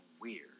weird